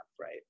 right